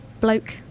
Bloke